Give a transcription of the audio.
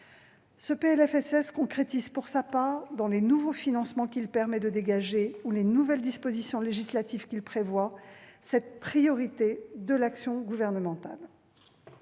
sociale concrétise, dans les nouveaux financements qu'il permet de dégager ou les nouvelles dispositions législatives qu'il prévoit, cette priorité de l'action gouvernementale.